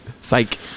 Psych